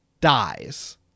dies